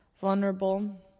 vulnerable